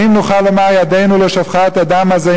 האם נוכל לומר: ידנו לא שפכה את הדם הזה,